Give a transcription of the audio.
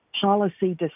policy